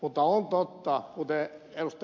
mutta on totta kuten ed